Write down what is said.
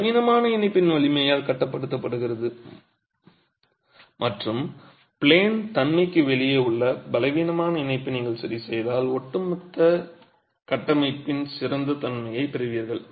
பலவீனமான இணைப்பின் வலிமையால் கட்டுப்படுத்தப்படுகிறது மற்றும் ப்ளேன் தன்மைக்கு வெளியே உள்ள பலவீனமான இணைப்பை நீங்கள் சரிசெய்தால் ஒட்டுமொத்த கட்டமைப்பின் சிறந்த தன்மையைப் பெறுவீர்கள்